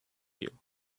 you